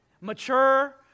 mature